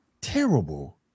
terrible